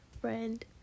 friend